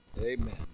Amen